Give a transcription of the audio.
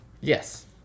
Yes